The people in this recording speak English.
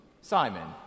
Simon